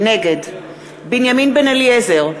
נגד בנימין בן-אליעזר,